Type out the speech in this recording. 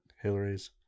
Hillary's